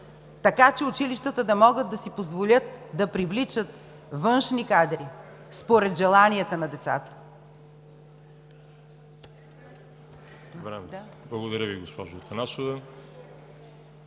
така че училищата да могат да си позволят да привличат външни кадри, според желанията на децата. (Частични